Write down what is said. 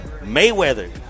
Mayweather